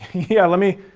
yeah, let me.